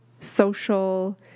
social